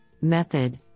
method